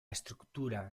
estructura